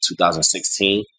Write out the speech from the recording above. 2016